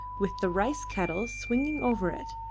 with the rice kettle swinging over it,